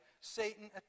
Satan